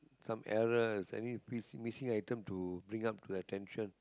some error is any miss missing item to bring up to attention